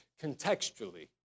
Contextually